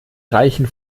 reichen